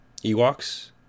Ewoks